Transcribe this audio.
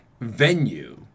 venue